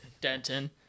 Denton